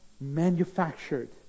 manufactured